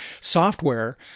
software